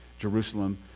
Jerusalem